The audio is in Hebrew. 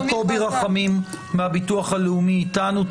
מר קובי רחמים מהביטוח הלאומי איתנו.